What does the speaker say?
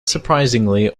surprisingly